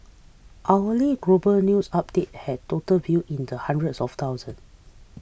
hourly global news update had total view in the hundreds of thousand